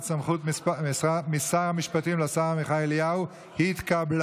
סמכות משר המשפטים לשר עמיחי אליהו התקבלה.